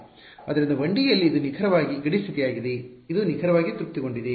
ಆದ್ದರಿಂದ 1ಡಿ ಯಲ್ಲಿ ಇದು ನಿಖರವಾದ ಗಡಿ ಸ್ಥಿತಿಯಾಗಿದೆ ಇದು ನಿಖರವಾಗಿ ತೃಪ್ತಿಗೊಂಡಿದೆ